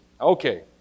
Okay